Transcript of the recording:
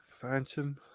Phantom